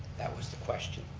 that was the question,